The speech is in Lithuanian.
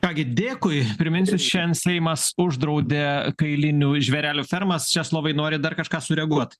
ką gi dėkui priminsiu šiandien seimas uždraudė kailinių žvėrelių fermas česlovai norit dar kažką sureaguot